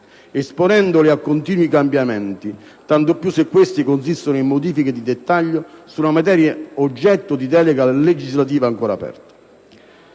esponendoli a continui cambiamenti, tanto più se questi consistono in modifiche di dettaglio su una materia oggetto di delega legislativa ancora aperta.